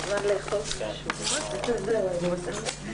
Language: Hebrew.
מומחיותה.